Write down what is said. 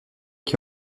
qui